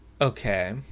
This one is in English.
Okay